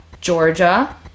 Georgia